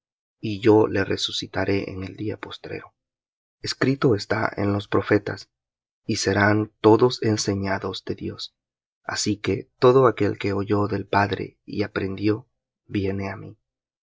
y yo le resucitaré en el día postrero escrito está en los profetas y serán todos enseñados de dios así que todo aquel que oyó del padre y aprendió viene á mí